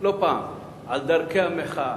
לא פעם, על דרכי המחאה.